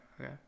okay